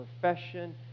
profession